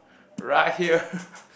right here